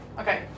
okay